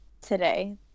today